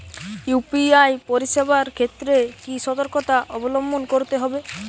UPI পরিসেবার ক্ষেত্রে কি সতর্কতা অবলম্বন করতে হবে?